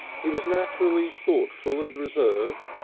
he was naturally thoughtful and reserved,